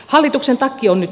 hallitukselta jo nyt